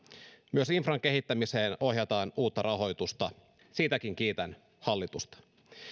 myös infran kehittämiseen ohjataan uutta rahoitusta siitäkin kiitän hallitusta